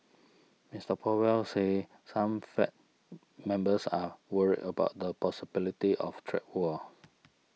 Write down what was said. Mister Powell said some Fed members are worried about the possibility of trade war